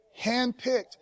handpicked